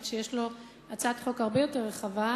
שיש לו הצעת חוק הרבה יותר רחבה.